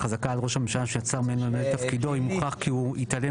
חזקה על ראש הממשלה שנבצר ממנו למלא את תפקידו אם הוכח שהוא התעלם